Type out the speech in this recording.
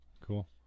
Cool